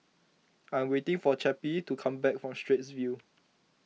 I am waiting for Cappie to come back from Straits View